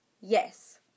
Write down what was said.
Yes